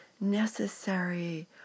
necessary